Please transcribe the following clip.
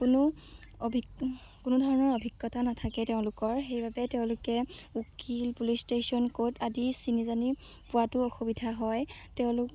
কোনো কোনো ধৰণৰ অভিজ্ঞতা নাথাকে তেওঁলোকৰ সেইবাবে তেওঁলোকে উকিল পুলিচ ষ্টেশ্যন ক'ৰ্ট আদি চিনি জানি পোৱাতো অসুবিধা হয় তেওঁলোক